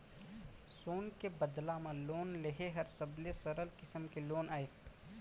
सोन के बदला म लोन लेहे हर सबले सरल किसम के लोन अय